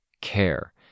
care